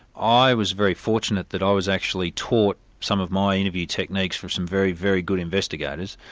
i was very fortunate that i was actually taught some of my interview techniques from some very, very good investigators.